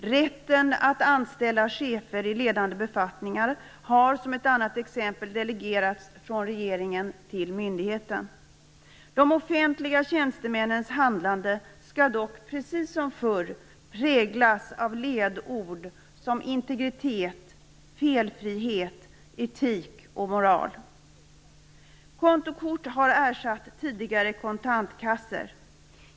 Rätten att anställa chefer i ledande befattningar har som ett annat exempel delegerats från regeringen till myndigheten. De offentliga tjänstemännens handlande skall dock precis som förr präglas av ledord som integritet felfrihet, etik och moral. Kontokort har ersatt tidigare kontantkassor.